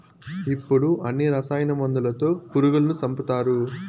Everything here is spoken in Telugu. ఇప్పుడు అన్ని రసాయన మందులతో పురుగులను సంపుతారు